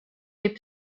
des